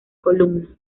columna